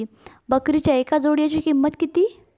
बकरीच्या एका जोडयेची किंमत किती?